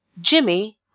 jimmy